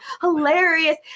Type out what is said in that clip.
hilarious